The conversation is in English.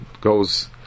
goes